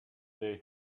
they